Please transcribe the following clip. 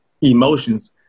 emotions